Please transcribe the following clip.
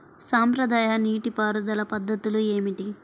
సాంప్రదాయ నీటి పారుదల పద్ధతులు ఏమిటి?